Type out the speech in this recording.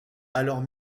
alors